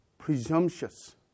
Presumptuous